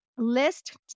list